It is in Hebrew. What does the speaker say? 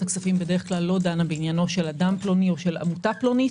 הכספים בדרך כלל לא דנה בעניינו של אדם פלוני או של עמותה פלונית,